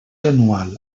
anual